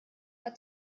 war